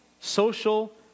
social